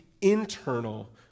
internal